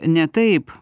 ne taip